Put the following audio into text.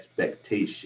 expectation